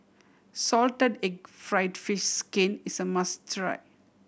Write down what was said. salted egg fried fish skin is a must try